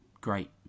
great